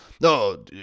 no